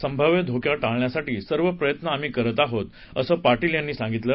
संभाव्य धोका टाळण्यासाठी सर्व प्रयत्न आम्ही करत आहोत असं पाटील यांनी सांगितलं